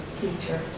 teacher